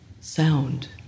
sound